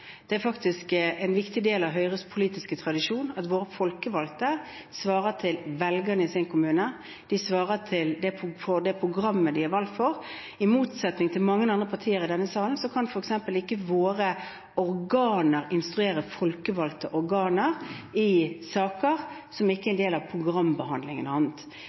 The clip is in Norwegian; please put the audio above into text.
Det er faktisk en viktig del av Høyres politiske tradisjon at våre folkevalgte svarer til velgerne i sin kommune og til det programmet de er valgt på. I motsetning til i mange andre partier i denne salen kan våre organer f.eks. ikke instruere folkevalgte organer i saker som ikke er en del av programbehandlingen og annet.